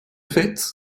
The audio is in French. fait